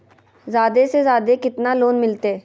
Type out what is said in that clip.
जादे से जादे कितना लोन मिलते?